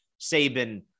Saban